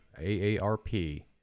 aarp